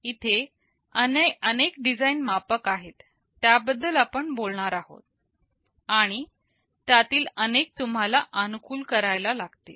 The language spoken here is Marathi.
इथे अनेक डिझाईन मापक आहेत त्याबद्दल आपण बोलणार आहोत आणि त्यातील अनेक तुम्हाला अनुकूल करायला लागतील